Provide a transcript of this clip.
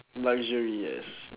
luxury yes